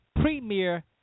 premier